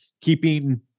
keeping